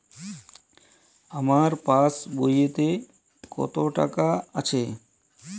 আমার পাসবইতে কত টাকা আছে?